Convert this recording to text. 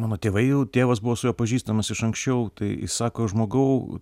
mano tėvai jau tėvas buvo su juo pažįstamas iš anksčiau tai sako žmogau